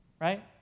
right